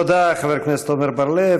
תודה, חבר הכנסת עמר בר לב.